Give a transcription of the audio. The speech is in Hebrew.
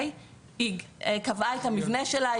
היא קבעה את המבנה שלה,